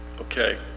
Okay